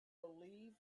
believe